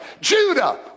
Judah